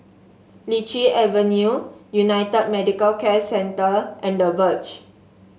Lichi Avenue United Medicare Centre and The Verge